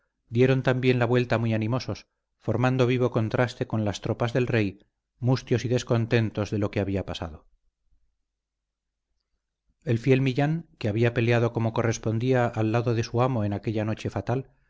dieron también la vuelta muy animosos formando vivo contraste con las tropas del rey mustios y descontentos de lo que había pasado el fiel millán que había peleado como correspondía al lado de su amo en aquella noche fatal